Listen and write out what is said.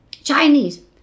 Chinese